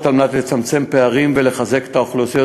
על מנת לצמצם פערים ולחזק את האוכלוסיות